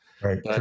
Right